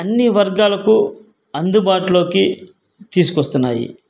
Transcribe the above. అన్ని వర్గాలకు అందుబాటులోకి తీసుకొస్తున్నాయి